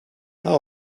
how